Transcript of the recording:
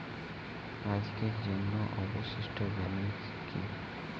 আজকের জন্য অবশিষ্ট ব্যালেন্স কি?